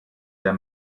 der